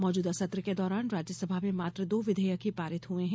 मौजूदा सत्र के दौरान राज्यसभा में मात्र दो विधेयक ही पारित हुए हैं